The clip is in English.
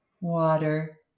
water